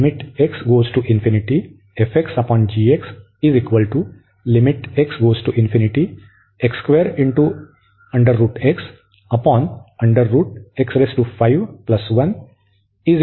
तर ही लिमिट 1 म्हणून येईल